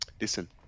listen